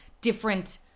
different